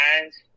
guys